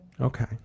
Okay